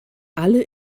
alle